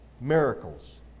Miracles